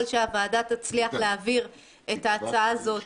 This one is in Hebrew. הוועדה והמליאה יצליחו להעביר את ההצעה הזאת